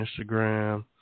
Instagram